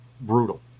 brutal